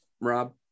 Rob